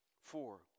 Four